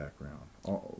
background